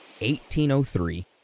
1803